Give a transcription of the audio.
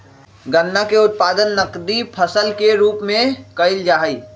गन्ना के उत्पादन नकदी फसल के रूप में कइल जाहई